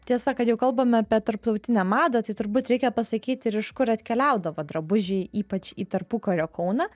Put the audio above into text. tiesa kad jau kalbame apie tarptautinę madą tai turbūt reikia pasakyti ir iš kur atkeliaudavo drabužiai ypač į tarpukario kauną